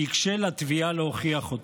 כי יקשה על התביעה להוכיח אותו.